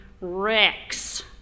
Rex